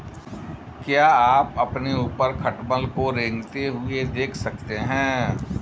क्या आप अपने ऊपर खटमल को रेंगते हुए देख सकते हैं?